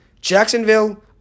Jacksonville